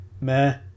meh